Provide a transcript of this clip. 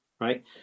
right